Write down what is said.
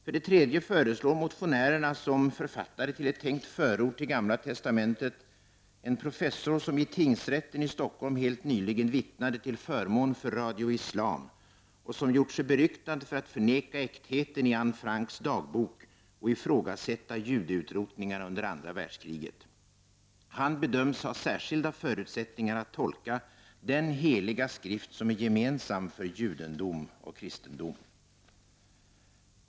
För det tredje föreslår motionärerna som författare till ett tänkt förord till Gamla testamentet en professor, som i tingsrätten i Stockholm helt nyligen vittnade till förmån för Radio Islam och som gjort sig beryktad för att förneka äktheten i Anne Franks dagbok och ifrågasätta judeutrotningarna under andra världskriget. Han bedöms ha särskilda förutsättningar att tolka den heliga skrift, som är gemensam för judendomen och kristendomen.